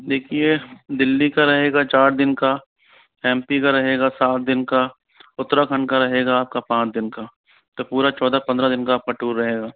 देखिये दिल्ली का रहेगा चार दिन का एम पी का रहेगा सात दिन का उत्तराखंड का रहेगा आपका पाँच दिन का पूरे चौदह पंद्रह दिन का आपका टूर रहेगा